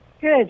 Good